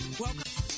welcome